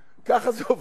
ככה זה עובד.